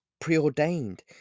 preordained